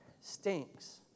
Stinks